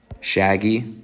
Shaggy